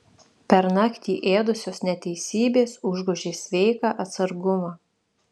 pernakt jį ėdusios neteisybės užgožė sveiką atsargumą